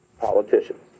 politicians